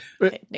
Okay